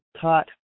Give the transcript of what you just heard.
taught